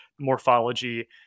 morphology